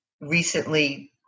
recently